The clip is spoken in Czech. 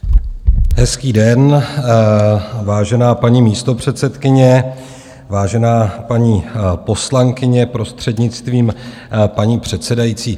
Hezký den, vážená paní místopředsedkyně, vážená paní poslankyně, prostřednictvím paní předsedající.